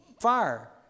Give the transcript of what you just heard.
fire